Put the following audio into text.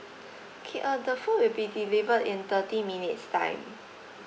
okay uh the food will be delivered in thirty minutes time